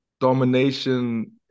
domination